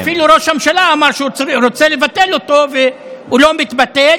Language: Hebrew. אפילו ראש הממשלה אמר שהוא רוצה לבטל אותו והוא לא מתבטל.